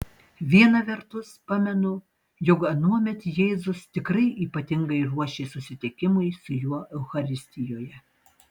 viena vertus pamenu jog anuomet jėzus tikrai ypatingai ruošė susitikimui su juo eucharistijoje